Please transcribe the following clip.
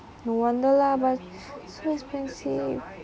no wonder lah so expensive